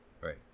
right